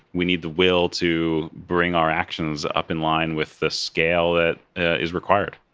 we need the will to bring our actions up in line with the scale that is required.